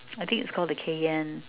I think it's called the Cayenne